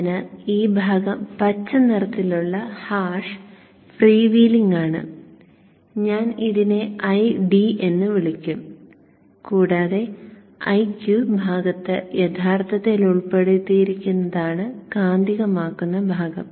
അതിനാൽ ഈ ഭാഗം പച്ച നിറത്തിലുള്ള ഹാഷ് ഫ്രീ വീലിംഗ് ആണ് ഞാൻ ഇതിനെ Id എന്ന് വിളിക്കും കൂടാതെ Iq ഭാഗത്ത് യഥാർത്ഥത്തിൽ ഉൾപ്പെടുത്തിയിരിക്കുന്നതാണ് കാന്തികമാക്കുന്ന ഭാഗം